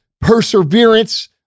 perseverance